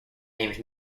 named